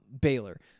Baylor